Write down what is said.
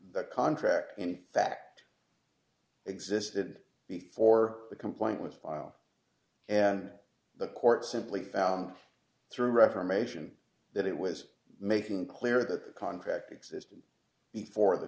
that contract in fact existed before the complaint was filed the court simply through reformation that it was making clear that the contract existed before the